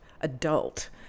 adult